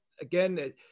again